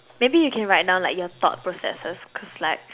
maybe you can write down like your thought processes cause like